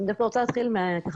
אני דווקא רוצה להתחיל מהסוף.